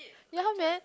ya man